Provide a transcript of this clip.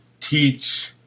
teach